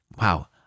wow